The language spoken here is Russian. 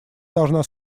должна